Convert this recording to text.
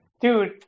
dude